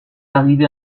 arrivé